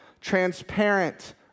transparent